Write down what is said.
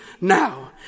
now